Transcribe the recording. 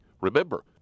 Remember